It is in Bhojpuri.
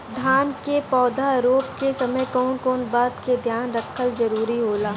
धान के पौधा रोप के समय कउन कउन बात के ध्यान रखल जरूरी होला?